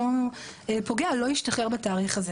אותו פוגע לא ישתחרר בתאריך הזה,